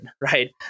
right